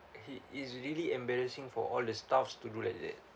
he it's really embarrassing for all the staffs to do like that